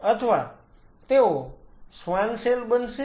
અથવા તેઓ શ્વાન સેલ બનશે